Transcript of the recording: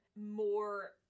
more